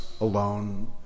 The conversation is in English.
alone